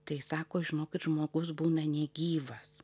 kai sako žinokit žmogus būna negyvas